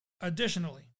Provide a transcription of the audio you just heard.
Additionally